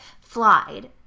flied